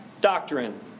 doctrine